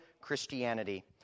Christianity